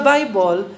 Bible